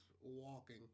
walking